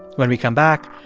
when we come back,